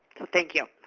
so, thank you.